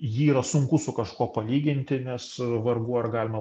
jį yra sunku su kažkuo palyginti nes vargu ar galima